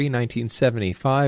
1975